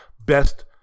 best